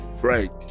Frank